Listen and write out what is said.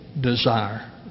desire